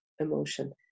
emotion